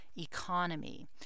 economy